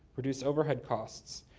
reduce overhead costs,